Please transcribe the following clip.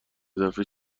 دفعه